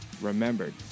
remembered